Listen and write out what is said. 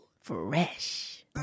Fresh